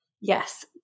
yes